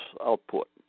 output